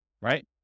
right